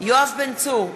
יואב בן צור,